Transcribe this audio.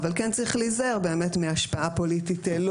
אבל כן צריך להיזהר באמת מהשפעה פוליטית לא